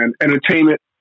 Entertainment